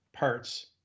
parts